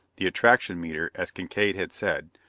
the attraction meter, as kincaide had said,